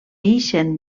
ixen